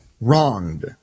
wronged